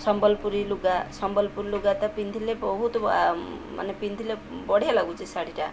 ସମ୍ବଲପୁରୀ ଲୁଗା ସମ୍ବଲପୁରୀ ଲୁଗା ତ ପିନ୍ଧିଲେ ବହୁତ ମାନେ ପିନ୍ଧିଲେ ବଢ଼ିଆ ଲାଗୁଛି ଶାଢ଼ୀଟା